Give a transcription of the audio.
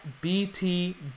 bt